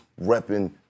repping